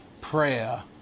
prayer